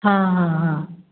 हां हां हां